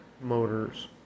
motors